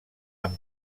amb